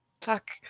fuck